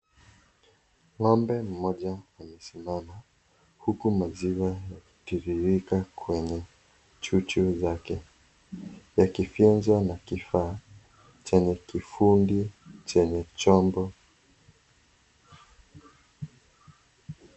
Ng`ombe mmoja amesimama. Huku maziwa yakithiririka kwenye chuchu zake. Yakifyonza na kifaa chanye kifundi chenye chombo.